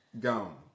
Gone